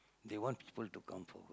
they want people to come forward